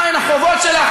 מהם החובות שלך,